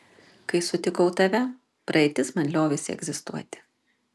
kai sutikau tave praeitis man liovėsi egzistuoti